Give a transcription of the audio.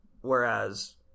Whereas